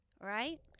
Right